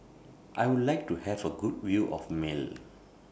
I Would like to Have A Good View of Male